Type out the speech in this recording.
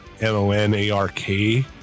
M-O-N-A-R-K